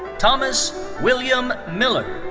thomas william miller.